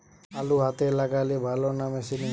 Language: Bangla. আলু হাতে লাগালে ভালো না মেশিনে?